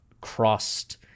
crossed